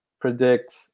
predict